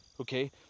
Okay